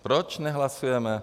Proč nehlasujeme?